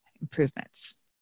improvements